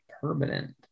permanent